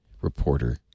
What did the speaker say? reporter